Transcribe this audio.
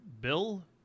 Bill